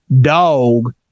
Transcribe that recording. dog